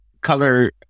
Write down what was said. color